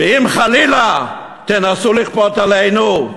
ואם חלילה תנסו לכפות עלינו,